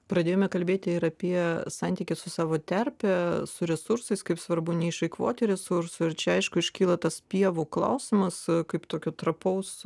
pradėjome kalbėti ir apie santykį su savo terpę su resursais kaip svarbu neišeikvoti resursų ir čia aišku iškyla tas pievų klausimas kaip tokio trapaus